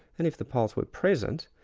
and if the pulse were present,